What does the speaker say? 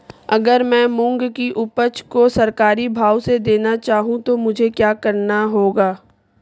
अगर मैं मूंग की उपज को सरकारी भाव से देना चाहूँ तो मुझे क्या करना होगा?